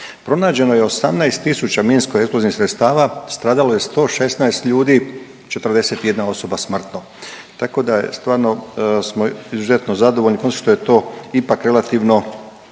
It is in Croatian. Pronađeno je 18000 minsko–eksplozivnih sredstava. Stradalo je 116 ljudi, 41 osoba smrtno, tako da smo izuzetno zadovoljni osim što je to ipak relativno